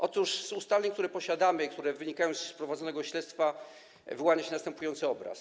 Otóż z ustaleń, które posiadamy i które wynikają z prowadzonego śledztwa, wyłania się następujący obraz.